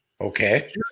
Okay